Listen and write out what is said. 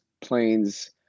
planes